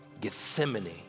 Gethsemane